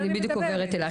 יעל, אני בדיוק עוברת אלייך.